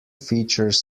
features